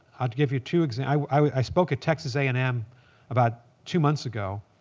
i'll give you two i spoke at texas a and m about two months ago,